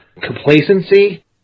complacency